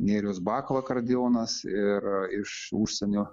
nėrijus bakula akordeonas ir iš užsienio